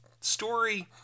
story